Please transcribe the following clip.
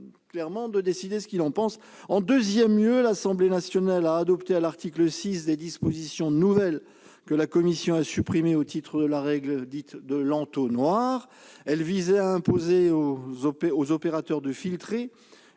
de se prononcer. Ensuite, l'Assemblée nationale a adopté, à l'article 6, des dispositions nouvelles, que la commission a supprimées au titre de la règle dite de l'entonnoir. Elles visaient à imposer aux opérateurs de filtrer